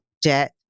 debt